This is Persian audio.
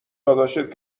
داداشت